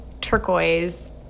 turquoise